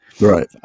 Right